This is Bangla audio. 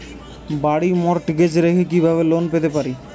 বাড়ি মর্টগেজ রেখে কিভাবে লোন পেতে পারি?